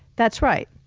that's right.